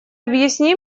объясни